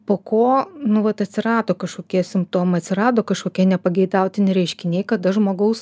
po ko nu vat atsirado kažkokie simptomai atsirado kažkokie nepageidautini reiškiniai kada žmogaus